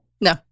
No